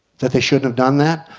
that they shouldn't have done that?